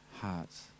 hearts